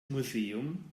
museum